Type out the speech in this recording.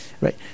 right